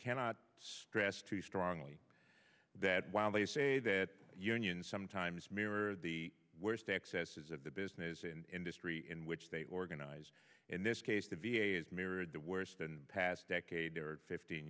cannot stress too strongly that while they say that unions sometimes mirror the worst excesses of the business in industry in which they organize in this case the v a is mirrored the worse than past decade or fifteen